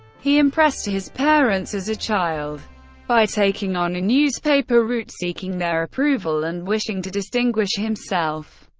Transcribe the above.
he impressed his parents as a child by taking on a newspaper route, seeking their approval and wishing to distinguish himself.